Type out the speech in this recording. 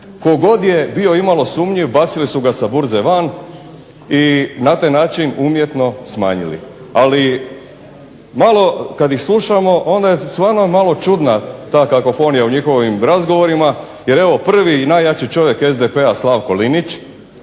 god je bio imalo sumnjiv bacili su ga sa burze van i na taj način umjetno smanjili. Ali, malo kad ih slušamo onda je stvarno malo čudna ta kakofonija u njihovim razgovorima jer evo prvi i najjači čovjek SDP-a Slavko Linić